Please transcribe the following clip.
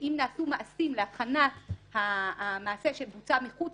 אם נעשו מעשים להכנת המעשה שבוצע מחוץ